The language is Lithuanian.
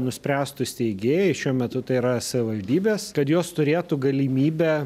nuspręstų steigėjai šiuo metu tai yra savivaldybės kad jos turėtų galimybę